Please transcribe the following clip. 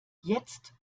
jetzt